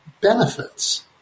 benefits